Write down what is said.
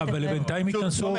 אבל בינתיים ייכנסו עובדים.